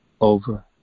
over